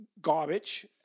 garbage